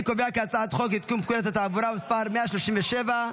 אני קובע כי הצעת החוק לתיקון פקודת התעבורה (מס' 137),